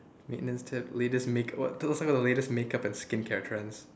maintenance tips we just make what tell us some of the latest makeup and skincare trends